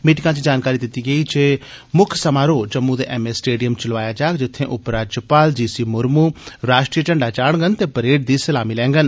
मीटिंगा च जानकारी दित्ती गेई जे मुक्ख समारोह जम्मू दे एम ए स्टेडियम च लोआया जाग जित्थे उपराज्यपाल जी सी मुरमू राष्ट्रीय झंडा चाढ़गंन ते परेड दी सलामी लैंगन